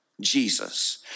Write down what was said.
Jesus